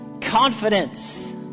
confidence